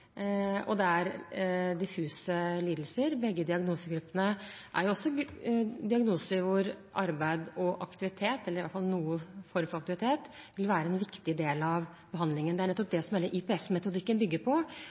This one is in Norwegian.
og det er diffuse lidelser. Begge diagnosegruppene er diagnoser hvor arbeid og aktivitet – eller i hvert fall noen form for aktivitet – vil være en viktig del av behandlingen. Det er nettopp det som hele IPS-metodikken bygger på: